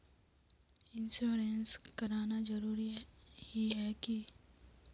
Insurance कराना जरूरी ही है की?